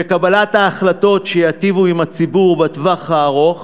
קבלת החלטות שייטיבו עם הציבור בטווח הארוך